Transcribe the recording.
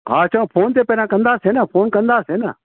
हा अच्छा फोन त पहिरां कंदासीं न फोन कंदासीं न